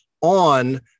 on